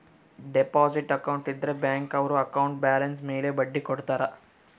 deposit account ಇದ್ರ bank ಅವ್ರು account balance ಮೇಲೆ ಬಡ್ಡಿ ಕೊಡ್ತಾರ